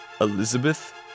Elizabeth